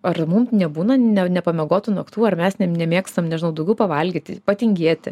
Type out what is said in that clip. ar mum nebūna nepamiegotų naktų ar mes nemėgstam nežinau daugiau pavalgyti patingėti